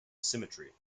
symmetry